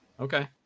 Okay